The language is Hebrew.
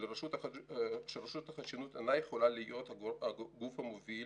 שרשות החדשנות אינה יכולה להיות הגוף המוביל